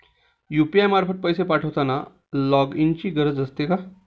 UPI मार्फत पैसे पाठवताना लॉगइनची गरज असते का?